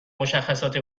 مشخصات